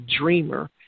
dreamer